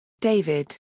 David